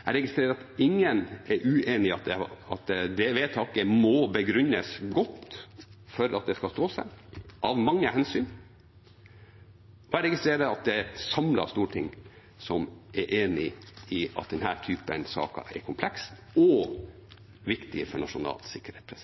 Jeg registrerer at ingen er uenig i at det vedtaket må begrunnes godt for at det skal stå seg, av mange hensyn, og jeg registrerer at det er et samlet storting som er enig i at denne typen saker er kompleks og viktig for nasjonal sikkerhet.